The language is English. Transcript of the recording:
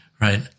right